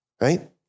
right